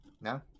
no